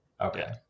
Okay